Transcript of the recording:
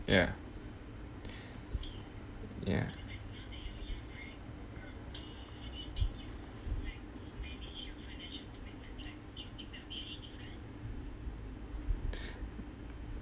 ya ya